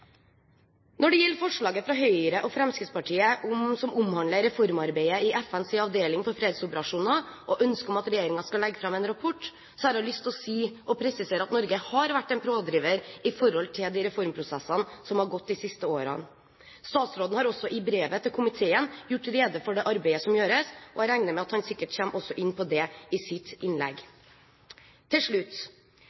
Når det gjelder forslaget fra Høyre og Fremskrittspartiet som omhandler reformarbeidet i FNs avdeling for fredsoperasjoner, og ønsket om at regjeringen skal legge fram en rapport, har jeg lyst til å presisere at Norge har vært en pådriver i forhold til de reformprosessene som har gått de siste årene. Statsråden har også i brevet til komiteen gjort rede for det arbeidet som gjøres, og jeg regner med at han også kommer inn på det i sitt innlegg.